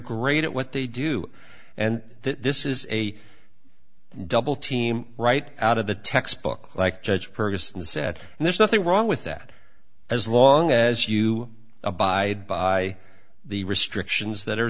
great at what they do and this is a double team right out of the textbook like judge purgason said and there's nothing wrong with that as long as you abide by the restrictions that